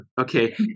Okay